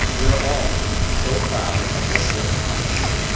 we are all so proud of what you have accomplished,